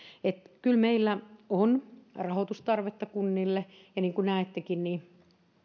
kyllä meillä on rahoitustarvetta kunnille ja niin kuin näettekin